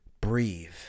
breathe